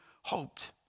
hoped